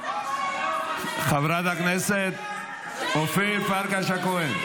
--- נחת כל היום --- חברת הכנסת אורית פרקש הכהן,